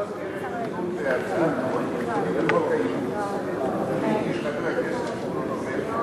במסגרת דיון בהצעת חוק האימוץ שהגיש חבר הכנסת זבולון אורלב,